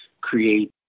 create